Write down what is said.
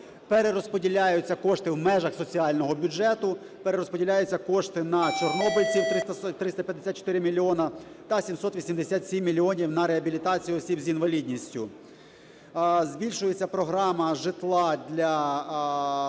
перерозподіляються кошти в межах соціального бюджету, перерозподіляються кошти на чорнобильців – 354 мільйони та 787 мільйонів на реабілітацію осіб з інвалідністю. Збільшується програма життя для внутрішньо